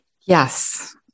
Yes